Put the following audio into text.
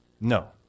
No